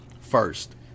first